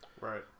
Right